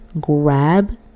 grab